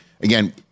Again